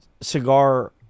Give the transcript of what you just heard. cigar